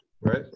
right